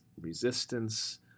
resistance